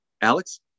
Alex